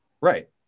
Right